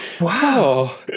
Wow